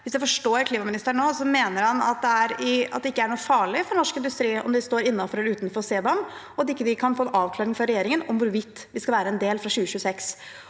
forstår klimaministeren nå, mener han at det ikke er noe farlig for norsk industri om de står innenfor eller utenfor CBAM, og at de ikke kan få en avklaring fra regjeringen om hvorvidt vi skal være en del fra 2026.